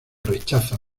rechaza